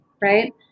right